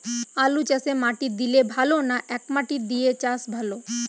আলুচাষে মাটি দিলে ভালো না একমাটি দিয়ে চাষ ভালো?